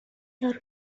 یارو